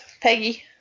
Peggy